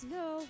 no